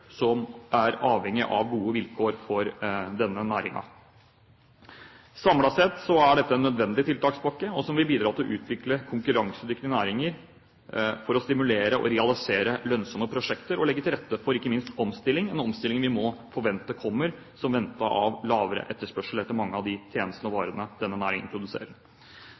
som er avhengig av gode vilkår for denne næringen. Samlet sett er dette en nødvendig tiltakspakke som vil bidra til å utvikle konkurransedyktige næringer, for å stimulere og realisere lønnsomme prosjekter og ikke minst legge til rette for omstilling – en omstilling vi må forvente kommer som følge av lavere etterspørsel etter mange av de tjenestene og varene denne næringen produserer.